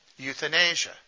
euthanasia